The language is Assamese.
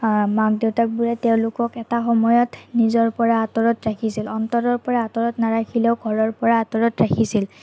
মাক দেউতাকবোৰে তেওঁলোকক এটা সময়ত নিজৰ পৰা আঁতৰত ৰাখিছিল অন্তৰৰ পৰা আঁতৰত নাৰাখিলেও ঘৰৰ পৰা আঁতৰত ৰাখিছিল